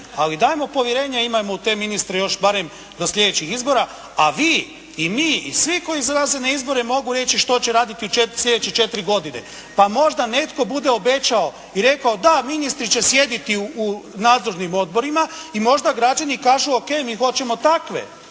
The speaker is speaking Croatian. ali dajmo povjerenje imajmo u te ministre još barem do sljedećih izbora, a vi, i mi i svi koji izlaze na izbore mogu reći što će raditi u sljedeće 4 godine pa možda netko bude obećao i rekao da ministri će sjediti u nadzornim odborima i možda građani kažu ok, mi hoćemo takve.